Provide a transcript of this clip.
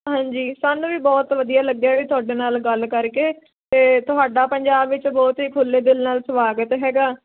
ਹਾਂਜੀ ਸਾਨੂੰ ਵੀ ਬਹੁਤ ਵਧੀਆ ਲੱਗਿਆ ਵੀ ਤੁਹਾਡੇ ਨਾਲ ਗੱਲ ਕਰਕੇ ਅਤੇ ਤੁਹਾਡਾ ਪੰਜਾਬ ਵਿੱਚ ਬਹੁਤ ਹੀ ਖੁੱਲ੍ਹੇ ਦਿਲ ਨਾਲ ਸਵਾਗਤ ਹੈਗਾ